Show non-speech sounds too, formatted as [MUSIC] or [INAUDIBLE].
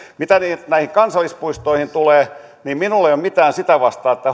mitä näihin kansallispuistoihin tulee niin minulla ei ole mitään sitä vastaan että [UNINTELLIGIBLE]